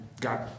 Got